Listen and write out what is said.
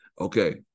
okay